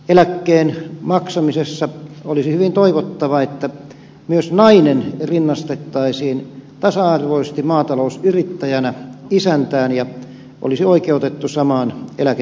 eläkkeen maksamisessa olisi hyvin toivottavaa että myös nainen rinnastettaisiin tasa arvoisesti maatalousyrittäjänä isäntään ja hän olisi oikeutettu samaan eläketurvaan